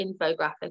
infographic